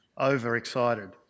Overexcited